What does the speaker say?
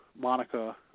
Monica